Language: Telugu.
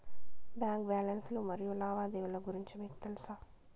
బ్యాంకు బ్యాలెన్స్ లు మరియు లావాదేవీలు గురించి మీకు తెల్సా?